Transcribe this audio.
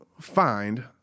find